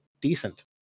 decent